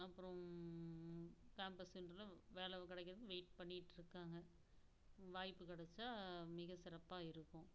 அப்புறம் கேம்பஸ் இன்டர்வியூவில் வேலை கிடைக்கும்னு வெயிட் பண்ணிட்டிருக்காங்க வாய்ப்பு கிடச்சா மிக சிறப்பாக இருக்கும்